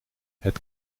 het